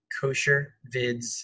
Koshervids